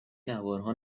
نوارها